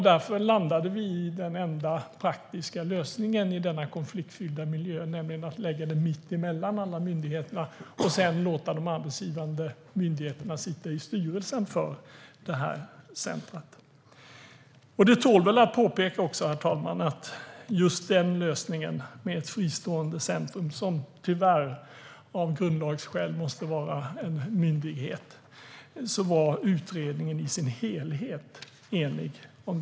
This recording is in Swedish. Därför landade vi i den enda praktiska lösningen i denna konfliktfyllda miljö, nämligen att lägga det mitt emellan alla myndigheterna och sedan låta de arbetsgivande myndigheterna sitta i styrelsen för det här centrumet. Det tål väl att påpekas, herr talman, att just den lösningen med ett fristående centrum, som tyvärr av grundlagsskäl måste vara en myndighet, var utredningen i sin helhet enig om.